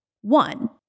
One